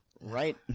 Right